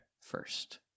First